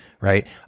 right